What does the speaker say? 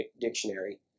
dictionary